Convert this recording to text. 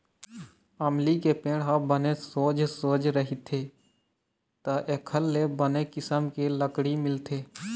अमली के पेड़ ह बने सोझ सोझ रहिथे त एखर ले बने किसम के लकड़ी मिलथे